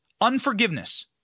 unforgiveness